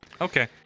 okay